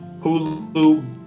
hulu